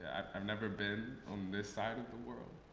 i've never been on this side of the world,